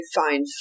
find